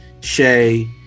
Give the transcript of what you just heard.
Shay